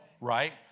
right